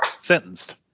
sentenced